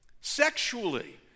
Sexually